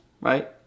right